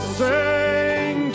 sing